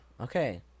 Okay